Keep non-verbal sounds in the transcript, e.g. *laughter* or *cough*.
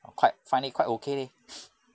quite find it quite okay leh *noise*